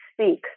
speak